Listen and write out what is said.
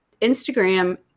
Instagram